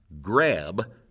grab